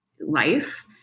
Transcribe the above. life